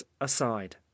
aside